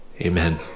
amen